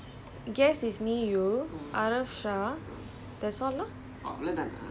err இல்லை:illai including him is